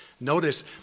Notice